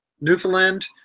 Newfoundland